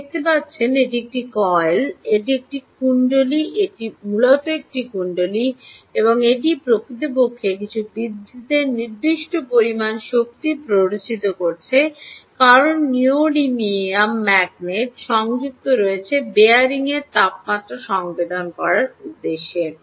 আপনি দেখতে পাচ্ছেন এটি একটি কয়েল এটি একটি কুণ্ডলী এটি মূলত একটি কুণ্ডলী এবং এটি প্রকৃতপক্ষে কিছু বিদ্যুতের নির্দিষ্ট পরিমাণ শক্তি প্ররোচিত করছে কারণ এই নিউওডিয়াম ম্যাগনেটগুলি সংযুক্ত রয়েছে বিয়ারিংয়ের তাপমাত্রা সংবেদন করার উদ্দেশ্যে